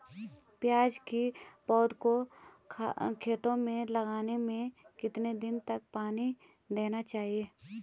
प्याज़ की पौध को खेतों में लगाने में कितने दिन तक पानी देना चाहिए?